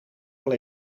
wel